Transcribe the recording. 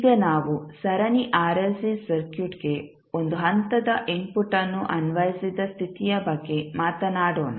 ಈಗ ನಾವು ಸರಣಿ ಆರ್ಎಲ್ಸಿ ಸರ್ಕ್ಯೂಟ್ಗೆ ಒಂದು ಹಂತದ ಇನ್ಪುಟ್ ಅನ್ನು ಅನ್ವಯಿಸಿದ ಸ್ಥಿತಿಯ ಬಗ್ಗೆ ಮಾತನಾಡೋಣ